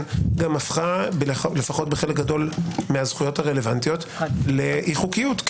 הפכה לפחות בחלק גדול מהזכויות הרלוונטיות לאי חוקיות.